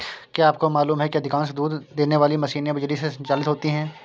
क्या आपको मालूम है कि अधिकांश दूध देने वाली मशीनें बिजली से संचालित होती हैं?